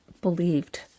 believed